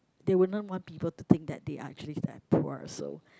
they wouldn't want people to think that they are actually that poor also